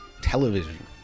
television